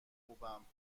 خوبم